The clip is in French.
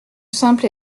simple